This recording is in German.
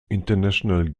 international